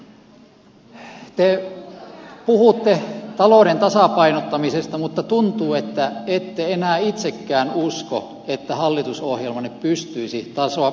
te puhutte talouden tasapainottamisesta mutta tuntuu että ette enää itsekään usko että hallitusohjelmanne pystyisi tasapainottamaan valtiontalouden